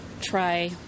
try